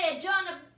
John